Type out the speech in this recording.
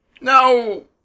No